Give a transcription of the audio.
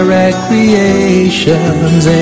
recreations